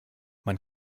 man